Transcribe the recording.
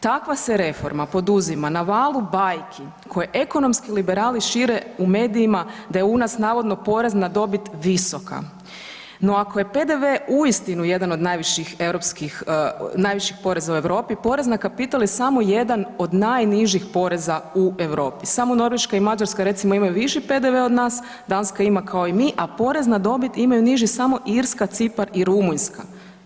Takva se reforma poduzima na valu bajki koje ekonomski liberali šire u medijima da je u nas navodno porez na dobit visok no ako je PDV uistinu jedan od najviših poreza u Europi, poreza na kapital je samo jedan od najnižih poreza u Europi, samo Norveška i Mađarska recimo imaju viši PDV od nas, Danska ima kao i mi a porez na dobit imaju niži samo Irska, Cipar i Rumunjska.